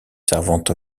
servante